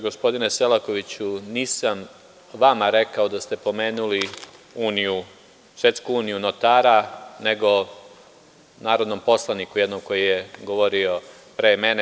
Gospodine Selakoviću, nisam vama rekao da ste pomenuli Svetsku uniju notara, nego jednom narodnom poslaniku koji je govorio pre mene.